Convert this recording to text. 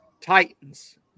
Titans